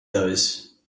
those